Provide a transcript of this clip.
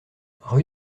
route